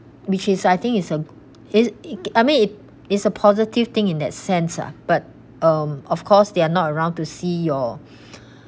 which is I think is a go~ is a positive thing in that sense ah but um of course they're not around to see your